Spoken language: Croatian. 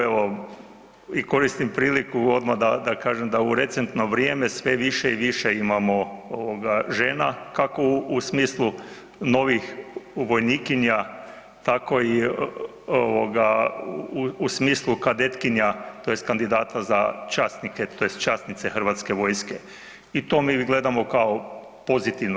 Evo i koristim priliku odmah da kažem da u recentno vrijeme sve više i više imamo žena kako u smislu novih vojnikinja, tako i u smislu kadetkinja tj. kandidata za časnike tj. časnice Hrvatske vojske i to mi gledamo kao pozitivno.